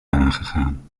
aangegaan